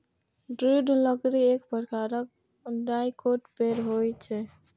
दृढ़ लकड़ी एक प्रकारक डाइकोट पेड़ होइ छै